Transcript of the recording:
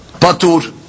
Patur